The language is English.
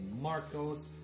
Marcos